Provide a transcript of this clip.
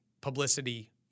publicity